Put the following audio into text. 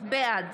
בעד